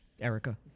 Erica